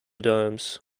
domes